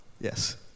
Yes